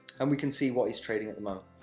and we can see what he's trading at the moment.